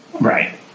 right